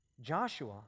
Joshua